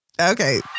Okay